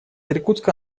иркутска